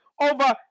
over